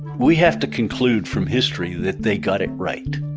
we have to conclude from history that they got it right.